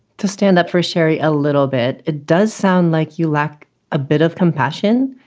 to stand up for shary a little bit, it does sound like you lack a bit of compassion,